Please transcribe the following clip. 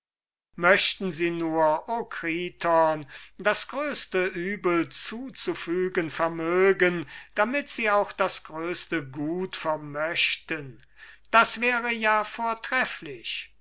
möchten sie nur o kriton das größte übel zuzufügen vermögen damit sie auch das größte gut vermöchten das wäre ja vortrefflich